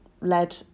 led